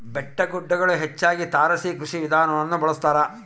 ಬೆಟ್ಟಗುಡ್ಡಗುಳಗ ಹೆಚ್ಚಾಗಿ ತಾರಸಿ ಕೃಷಿ ವಿಧಾನವನ್ನ ಬಳಸತಾರ